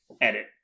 edit